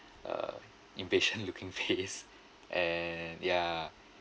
uh impatient looking face and ya